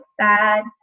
sad